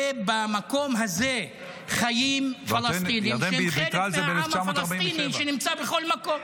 ובמקום הזה חיים פלסטינים שהם חלק מהעם הפלסטיני שנמצא בכל מקום.